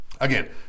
Again